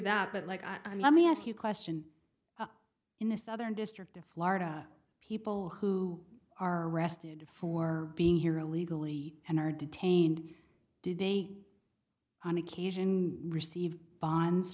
that but like i let me ask you question in the southern district of florida people who are arrested for being here illegally and are detained did they on occasion receive bonds